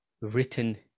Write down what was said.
written